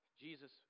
Jesus